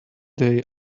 they